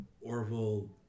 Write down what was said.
Orville